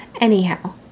Anyhow